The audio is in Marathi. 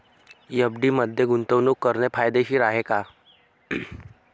एफ.डी मध्ये गुंतवणूक करणे फायदेशीर आहे का?